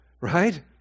right